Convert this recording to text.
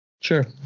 Sure